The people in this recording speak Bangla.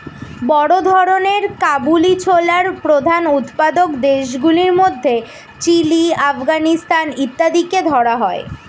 বড় ধরনের কাবুলি ছোলার প্রধান উৎপাদক দেশগুলির মধ্যে চিলি, আফগানিস্তান ইত্যাদিকে ধরা হয়